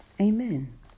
Amen